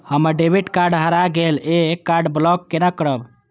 हमर debit card हरा गेल ये कार्ड ब्लॉक केना करब?